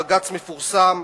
בג"ץ מפורסם.